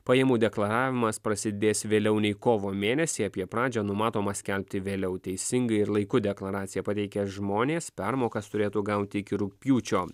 pajamų deklaravimas prasidės vėliau nei kovo mėnesį apie pradžią numatoma skelbti vėliau teisingai ir laiku deklaraciją pateikę žmonės permokas turėtų gauti iki rugpjūčio